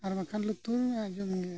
ᱟᱨ ᱵᱟᱠᱷᱟᱱ ᱞᱩᱛᱩᱨᱮᱢ ᱟᱸᱡᱚᱢ ᱜᱮᱭᱟ